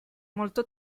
molto